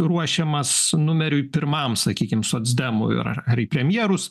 ruošiamas numeriui pirmam sakykim socdemų ir ar ar į premjerus